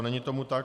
Není tomu tak.